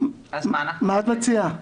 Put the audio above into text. מה את מציעה?